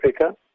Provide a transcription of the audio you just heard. Africa